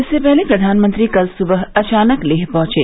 इससे पहले प्रधानमंत्री कल सुबह अचानक लेह पहुंचे